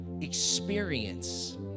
experience